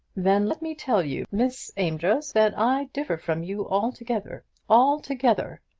then let me tell you, miss amedroz, that i differ from you altogether altogether.